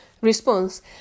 response